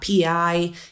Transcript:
PI